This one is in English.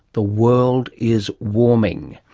the world is warming.